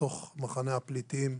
בתוך מחנה הפליטים,